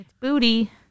Booty